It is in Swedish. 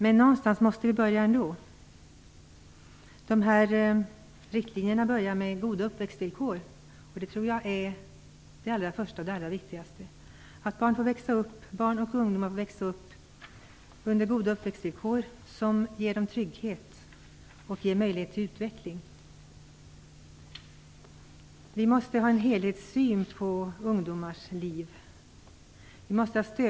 Men någonstans måste vi ändå börja. Riktlinjerna börjar med goda uppväxtvillkor. Det är det allra första och det allra viktigaste. Barn och ungdomar måste få växa upp under goda uppväxtvillkor som ger dem trygghet och ger möjlighet till utveckling. Vi måste ha en helhetssyn på ungdomars liv.